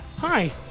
Hi